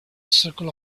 circle